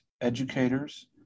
Educators